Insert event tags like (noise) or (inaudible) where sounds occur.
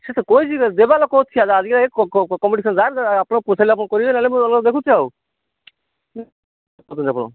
ସିଏ ତ କହିଛି ଯେ ଦେବା ଲୋକ ସିଏ ଆଜିକେ ଏଇ କମ୍ପିଟିସନ (unintelligible) ଆପଣଙ୍କୁ ପୁଷେଇଲେ ଆପଣ କରିବେ ନହେଲେ ମୁଁ ଅଲଗା ଦେଖୁଛି ଆଉ ରଖନ୍ତୁ ଆପଣ